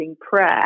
Prayer